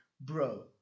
bro